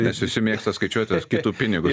nes visi mėgsta skaičiuoti bet kitų pinigus